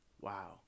Wow